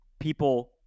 people